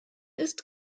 ist